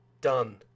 done